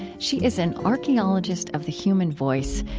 she's an archeologist of the human voice.